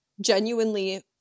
genuinely